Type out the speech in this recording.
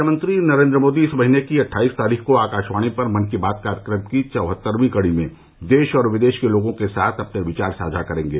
प्रधानमंत्री नरेंद्र मोदी इस महीने की अट्ठाईस तारीख को आकाशवाणी पर मन की बात कार्यक्रम की चौहत्तरवीं कड़ी में देश और विदेश के लोगों के साथ अपने विचार साझा करेंगे